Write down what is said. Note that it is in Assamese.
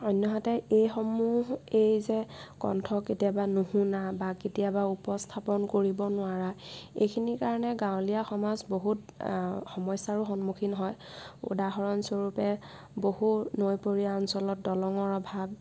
অন্যহাতে এইসমূহ এইযে কণ্ঠ কেতিয়াবা নুশুনা বা কেতিয়াবা উপস্থাপন কৰিব নোৱাৰা এইখিনি কাৰণে গাঁৱলীয়া সমাজ বহুত সমস্যাৰো সন্মুখীন হয় উদাহৰণস্বৰূপে বহু নৈপৰীয়া অঞ্চলত দলঙৰ অভাৱ